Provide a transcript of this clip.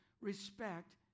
respect